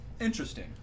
interesting